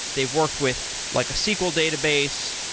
they've worked with like a sql database,